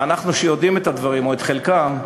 ואנחנו, שיודעים את הדברים, או את חלקם,